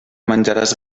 menjaràs